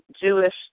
Jewish